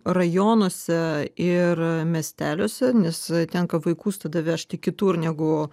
rajonuose ir miesteliuose nes tenka vaikus tada vežti kitur negu